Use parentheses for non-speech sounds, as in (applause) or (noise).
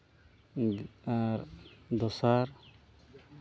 (unintelligible) ᱟᱨ ᱫᱚᱥᱟᱨ